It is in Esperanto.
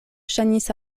ŝajnis